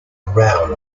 row